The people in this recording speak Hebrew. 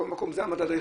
זה המדד.